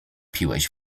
piłeś